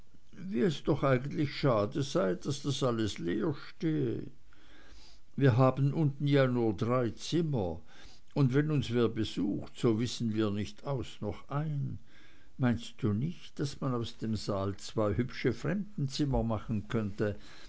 wie es doch eigentlich schade sei daß das alles leerstehe wir haben unten ja nur drei zimmer und wenn uns wer besucht so wissen wir nicht aus noch ein meinst du nicht daß man aus dem saal zwei hübsche fremdenzimmer machen könnte